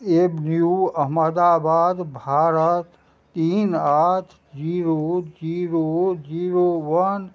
avenue Ahmedabad Bharat तीन आठ zero zero zero वन